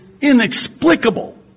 inexplicable